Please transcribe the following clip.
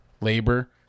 labor